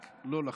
רק לא לחרדים.